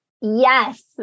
Yes